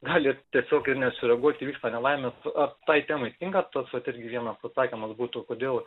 gali tiesiog ir nesureaguot įvyksta nelaimės ar tai temai tinka tas vat irgi vienas atsakymas būtų kodėl